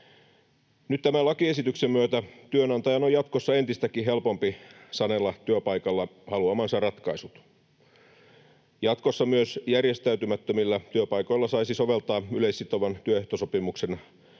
Nyt tämän lakiesityksen myötä työnantajan on jatkossa entistäkin helpompi sanella työpaikalla haluamansa ratkaisut. Jatkossa myös järjestäytymättömillä työpaikoilla saisi soveltaa yleissitovan työehtosopimuksen